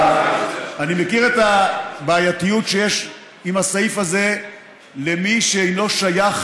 אני מכיר את הבעייתיות שיש עם הסעיף הזה למי שאינו שייך